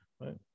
Right